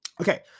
okay